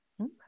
Okay